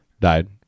died